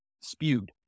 spewed